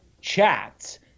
chats